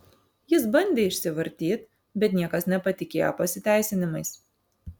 jis bandė išsivartyt bet niekas nepatikėjo pasiteisinimais